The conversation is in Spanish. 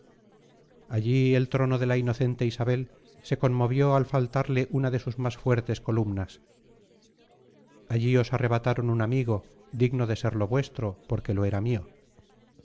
allí el trono de la inocente isabel se conmovió al faltarle una de sus más fuertes columnas allí os arrebataron un amigo digno de serlo vuestro porque lo era mío